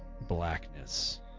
blackness